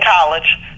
college